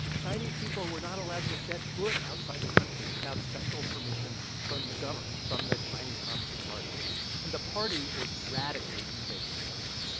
chinese people were not allowed to set foot outside the country without special permission from the government from the chinese communist party and the party was radically remaking china.